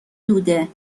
دوده